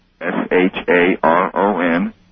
S-H-A-R-O-N